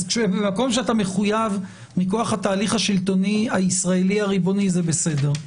במקום שאתה מחויב מכוח התהליך השלטוני הישראלי הריבוני זה בסדר.